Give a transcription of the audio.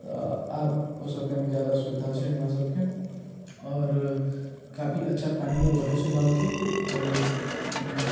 तऽ आब ओ सब कनेक जादा सुविधा छै हमरा सबके आओर काफी अच्छा पानियो रहै छै नलके आओर